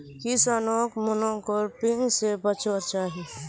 किसानोक मोनोक्रॉपिंग से बचवार चाही